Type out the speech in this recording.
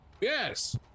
yes